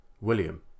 William